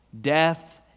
death